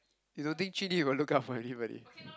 you don't think will look out for anybody